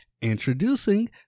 introducing